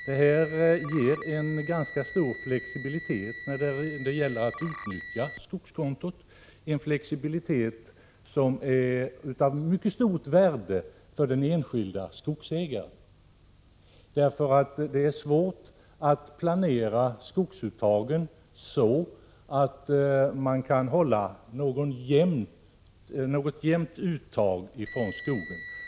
Detta ger en ganska stor flexibilitet när det gäller att utnyttja skogskonton, en flexibilitet som är av mycket stort värde för den enskilde skogsägaren. Det är nämligen svårt att planera skogsuttagen så att det blir ett någorlunda jämnt uttag.